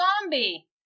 zombie